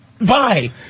bye